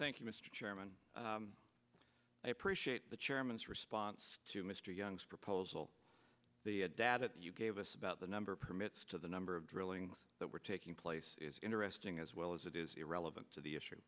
thank you mr chairman i appreciate the chairman's response to mr young's proposal the dad at you gave us about the number of permits to the number of drilling that were taking place is interesting as well as it is irrelevant to the issue